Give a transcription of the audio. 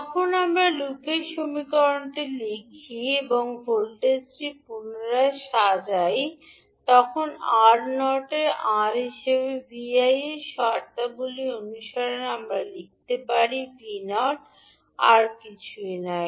যখন আমরা লুপের সমীকরণটি লিখি এবং ভোল্টেজটি পুনরায় সাজাইয়া R0 এর R হিসাবে 𝑉𝑖 এর শর্তাবলী অনুসারে আমরা লিখতে পারি 𝑉0 আর কিছুই নয়